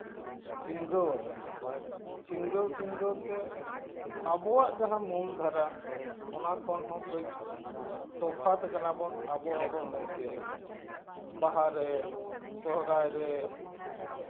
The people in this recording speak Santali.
ᱪᱷᱤᱱᱜᱟᱹᱣ ᱟᱠᱟᱱᱟ ᱪᱷᱤᱱᱜᱟᱹᱣ ᱪᱷᱤᱱᱜᱟᱹᱣ ᱛᱮ ᱟᱵᱚᱣᱟᱜ ᱡᱟᱦᱟᱸ ᱢᱩᱞ ᱫᱷᱟᱨᱟ ᱚᱱᱟ ᱠᱷᱚᱱ ᱦᱚᱸ ᱠᱟᱹᱡ ᱛᱚᱯᱷᱟᱛ ᱠᱟᱱᱟ ᱵᱚᱱ ᱟᱵᱚ ᱟᱵᱚ ᱢᱚᱫᱽᱫᱷᱮ ᱨᱮᱜᱮ ᱵᱟᱦᱟ ᱨᱮ ᱥᱚᱨᱦᱟᱭ ᱨᱮ